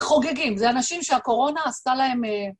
חוגגים, זה אנשים שהקורונה עשתה להם...